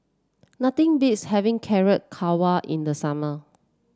nothing beats having Carrot Halwa in the summer